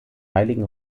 heiligen